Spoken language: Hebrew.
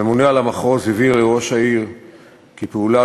הממונה על המחוז הבהיר לראש עיריית אשקלון כי פעולה